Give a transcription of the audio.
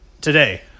Today